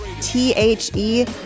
T-H-E